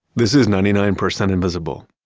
this is ninety nine percent invisible.